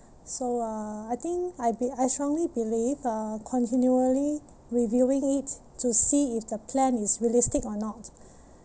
so uh I think I be~ I strongly believe uh continually reviewing it to see if the plan is realistic or not